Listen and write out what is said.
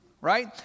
right